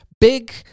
big